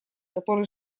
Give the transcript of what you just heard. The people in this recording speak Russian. который